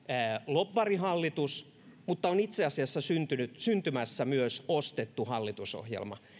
lobbarihallitus mutta on itse asiassa syntymässä myös ostettu hallitusohjelma